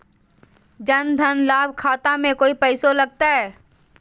जन धन लाभ खाता में कोइ पैसों लगते?